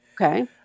Okay